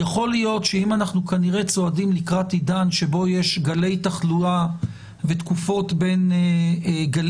שאם אנחנו כנראה צועדים לקראת עידן שבו יש גלי תחלואה ותקופות בין גלים,